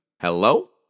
hello